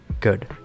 good